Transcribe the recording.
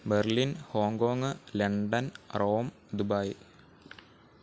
Berlin Hong Kong London Rome Dubai